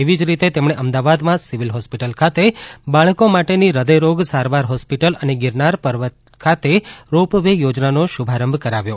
એવી જ રીતે તેમણે અમદાવાદમાં સીવીલ હોસ્પિટલ ખાતે બાળકો માટેની હૃદયરોગ સારવાર હોસ્પિટલ અને ગીરનાર પર્વત ખાતે રો પવે યોજનાનો શુભારંભ કરાવ્યો